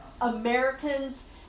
Americans